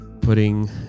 putting